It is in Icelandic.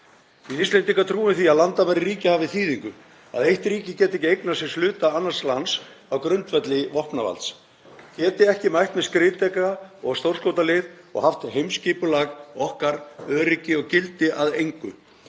Íslendingar trúum því að landamæri ríkja hafi þýðingu, að eitt ríki geti ekki eignað sér hluta annars lands á grundvelli vopnavalds, geti ekki mætt með skriðdreka og stórskotalið og haft heimsskipulag okkar, öryggi og gildi að engu.